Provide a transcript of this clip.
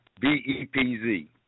B-E-P-Z